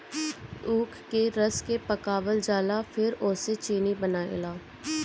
ऊख के रस के पकावल जाला फिर ओसे चीनी बनेला